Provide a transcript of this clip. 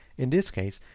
in this case,